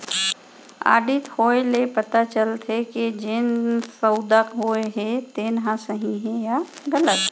audit होए ले पता चलथे के जेन सउदा होए हे तेन ह सही हे के गलत